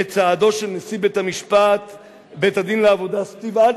צעדו של נשיא בית-הדין לעבודה, סטיב אדלר,